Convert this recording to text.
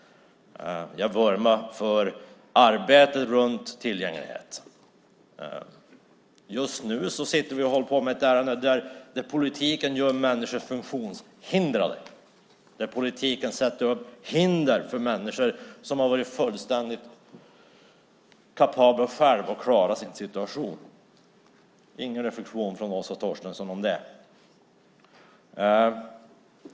Jag vurmar för arbete runt tillgänglighet. Just nu håller vi på med ett ärende om att det är politiken som gör människor "funktionshindrade". Politiken sätter upp hinder för människor som har varit fullständigt kapabla själva att klara sin situation. Men ingen reflexion från Åsa Torstensson om det!